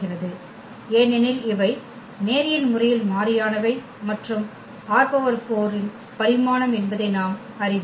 எனவே இது ஒரு அடிப்படையை உருவாக்குகிறது ஏனெனில் இவை நேரியல் முறையில் மாறியானவை மற்றும் ℝ4 4 இன் பரிமாணம் என்பதை நாம் அறிவோம்